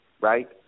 right